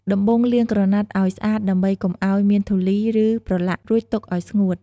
ដំបូងលាងក្រណាត់ អោយស្អាតដើម្បីកុំអោយមានធូលី ឬប្រឡាក់ រួចទុកអោយស្ងួត។